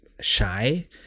shy